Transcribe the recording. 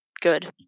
good